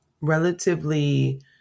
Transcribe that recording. relatively